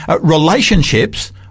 relationships